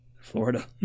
Florida